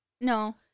No